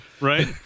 Right